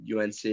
UNC